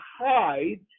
hide